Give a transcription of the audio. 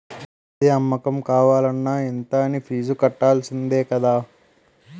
ఏది అమ్మకం కావాలన్న ఇంత అనీ ఫీజు కట్టాల్సిందే కదా